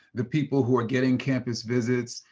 the people who are getting campus visits,